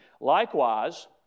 Likewise